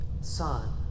Son